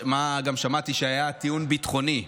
מה גם ששמעתי שהיה טיעון ביטחוני.